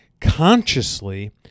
consciously